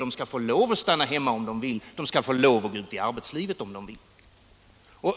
De skall få lov att stanna hemma om de vill, de skall få lov att gå ut i arbetslivet om de vill.